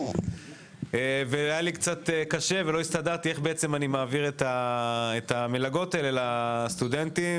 היה לי קשה ולא הצלחתי להעביר את המלגות לסטודנטים.